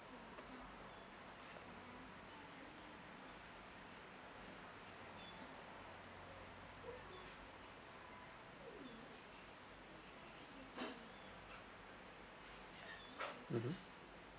mmhmm